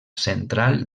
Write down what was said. central